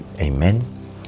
Amen